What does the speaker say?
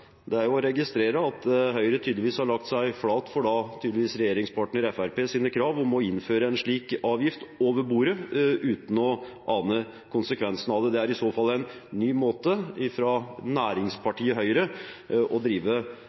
Det er å registrere at Høyre tydeligvis har lagt seg flat for regjeringspartner Fremskrittspartiets krav om å innføre en slik avgift over bordet, uten å ane konsekvensene av det. Det er i så fall en ny måte av næringspartiet Høyre å drive